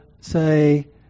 say